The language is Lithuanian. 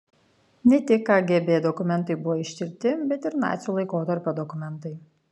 ne tik kgb dokumentai buvo ištirti bet ir nacių laikotarpio dokumentai